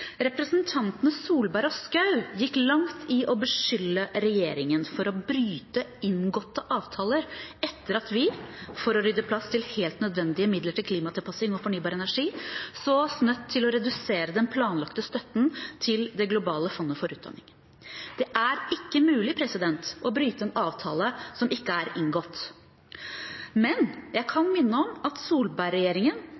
Representantene Solberg og Schou gikk langt i å beskylde regjeringen for å bryte inngåtte avtaler etter at vi – for å rydde plass til helt nødvendige midler til klimatilpassing og fornybar energi – så oss nødt til å redusere den planlagte støtten til Det globale fondet for utdanning. Det er ikke mulig å bryte en avtale som ikke er inngått, men jeg